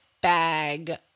bag